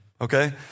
okay